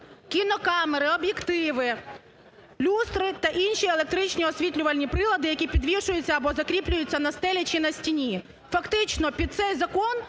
кінокамери, об'єктиви, люстри та інші електричні освітлювальні прилади, які підвішуються або закріплюються на стелі чи на стіні. Фактично під цей закон